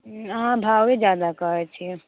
उँ अहाँ भावे ज्यादा कहै छिए